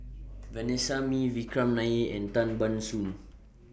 Vanessa Mae Vikram Nair and Tan Ban Soon